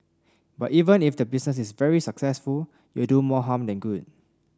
but even if the business is very successful you'll do more harm than good